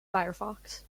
firefox